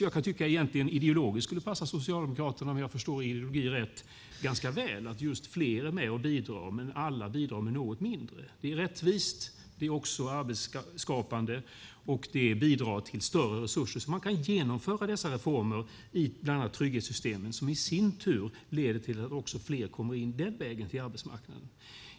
Jag kan tycka att det ideologiskt skulle passa Socialdemokraterna ganska väl, om jag förstår er rätt, att just fler är med och bidrar men att alla bidrar med något mindre. Det är rättvist. Det är också arbetsskapande och bidrar till större resurser så att man kan genomföra de reformer i bland annat trygghetssystemen som i sin tur leder till att fler den vägen kommer in på arbetsmarknaden.